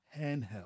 handheld